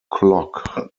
clog